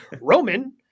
Roman